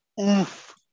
Oof